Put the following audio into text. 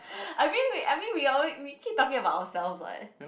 I mean we I mean we all we keep talking about ourselves [what]